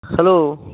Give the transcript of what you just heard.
hello